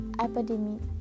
epidemic